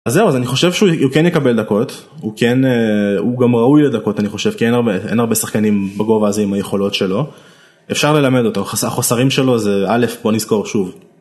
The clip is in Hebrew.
אז זהו, אז אני חושב שהוא כן יקבל דקות הוא כן... הוא גם ראוי לדקות, אני חושב, כי אין הרבה, אין הרבה שחקנים בגובה הזה עם היכולות שלו. אפשר ללמד אותם החס... חוסרים שלו זה א' בוא נזכור שוב...